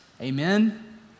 Amen